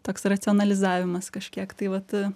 toks racionalizavimas kažkiek tai vat